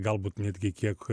galbūt netgi kiek